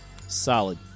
Solid